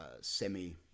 semi